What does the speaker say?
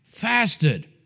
fasted